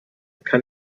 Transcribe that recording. kann